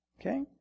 Okay